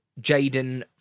Jaden